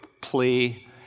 plea